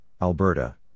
Alberta